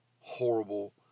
horrible